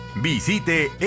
Visite